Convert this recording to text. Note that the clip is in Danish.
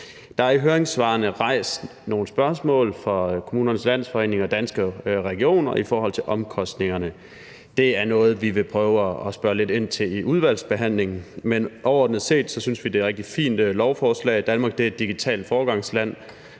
Der er i høringssvarene rejst nogle spørgsmål fra Kommunernes Landsforening og Danske Regioner i forhold til omkostningerne. Det er noget, vi vil prøve at spørge lidt ind til i udvalgsbehandlingen, men overordnet set synes vi, det er et rigtig fint lovforslag. Danmark er et digitalt foregangsland,